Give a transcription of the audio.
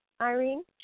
Irene